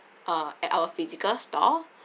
uh at our physical store